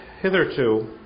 hitherto